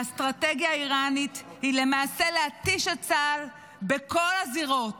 האסטרטגיה האיראנית היא למעשה להתיש את צה"ל בכל הזירות,